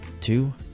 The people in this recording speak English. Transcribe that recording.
two